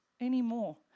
anymore